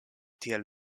tiel